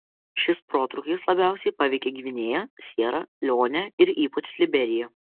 šis protrūkis labiausiai paveikė gvinėją siera leonę ir ypač liberiją